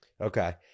Okay